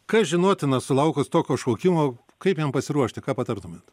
kas žinotina sulaukus tokio šaukimo kaip jam pasiruošti ką patartumėt